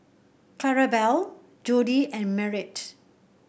Clarabelle Jody and Merritt